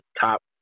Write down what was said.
top